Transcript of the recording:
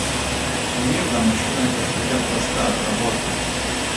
smirda mašinoj kažkokia prasta atrabotke